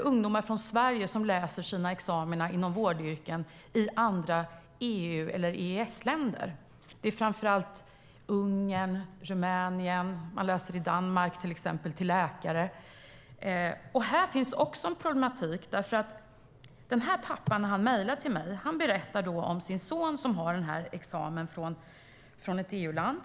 ungdomar från Sverige som läser sina examina inom vårdyrken i andra EU eller EES-länder. Det är framför allt Ungern och Rumänien, och i Danmark läser man till exempel till läkare. Här finns också en problematik. Den här pappan som mejlade till mig berättade om sin son, som har examen från ett EU-land.